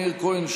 מאיר כהן,